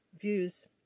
views